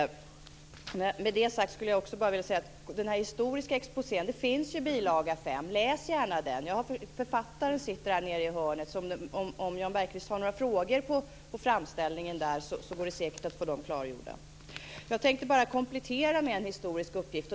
På tal om den historiska exposén skulle jag också bara vilja säga att det finns en bilaga 5. Läs gärna den. Författaren sitter här nere i hörnet, så om Jan Bergqvist har några frågor om framställningen där går det säkert att få dem besvarade. Jag tänkte bara komplettera med en historisk uppgift.